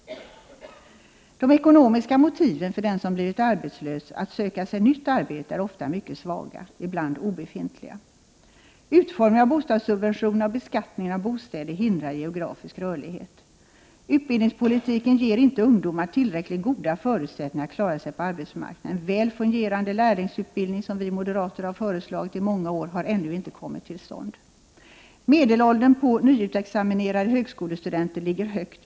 De ekonomiska motiven för den som har blivit arbetslös att söka sig nytt arbete är ofta mycket svaga, ibland obefintliga. Utformningen av bostadssubventionerna och beskattningen av bostäder hindrar geografisk rörlighet. Utbildningspolitiken ger inte ungdomar tillräckligt goda förutsättningar att klara sig på arbetsmarknaden. En väl fungerande lärlingsutbildning — där har vi moderater under många år lämnat förslag — har ännu inte kommit till stånd. Medelåldern på nyutexaminerade högskolestudenter är hög.